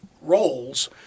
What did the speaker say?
roles